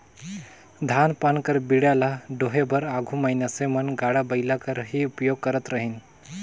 धान पान कर बीड़ा ल डोहे बर आघु मइनसे मन गाड़ा बइला कर ही उपियोग करत रहिन